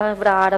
של החברה הערבית.